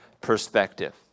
perspective